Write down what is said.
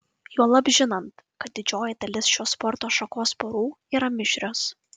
juolab žinant kad didžioji dalis šios sporto šakos porų yra mišrios